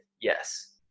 yes